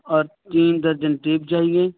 اور تین درجن ٹیپ چاہیے